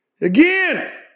again